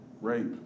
rape